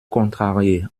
contrarié